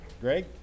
Greg